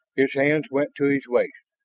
his hands went to his waist,